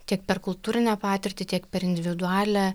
tiek per kultūrinę patirtį tiek per individualią